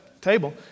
table